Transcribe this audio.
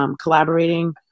collaborating